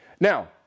Now